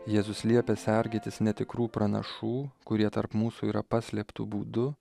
jėzus liepia sergėtis netikrų pranašų kurie tarp mūsų yra paslėptu būdu